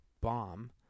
bomb